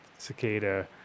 cicada